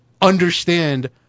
understand